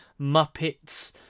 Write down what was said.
Muppets